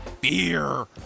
Beer